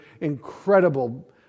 incredible